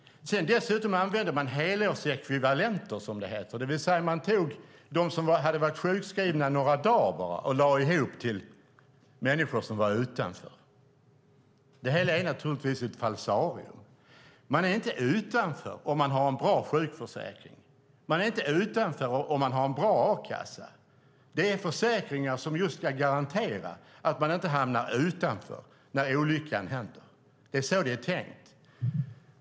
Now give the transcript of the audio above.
Sedan använde man dessutom helårsekvivalenter, som det heter. Man tog dem som bara hade varit sjukskrivna några dagar och lade ihop till människor som var utanför. Det hela är naturligtvis ett falsarium. Man är inte utanför om man har en bra sjukförsäkring. Man är inte utanför om man har en bra a-kassa. Det är försäkringar som just ska garantera att man inte hamnar utanför när olyckan händer. Det är så det är tänkt.